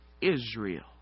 Israel